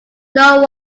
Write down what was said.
know